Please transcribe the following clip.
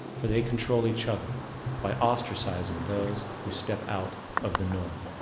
for they control each other by ostracizing those who step out of the norm.